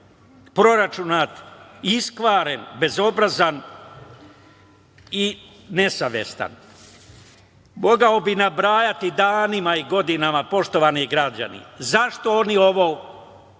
proračunat, iskvaren, bezobrazan i nesavestan. Mogao bi nabrajati danima i godinama, poštovani građani Srbije. Zašto oni ovo rade?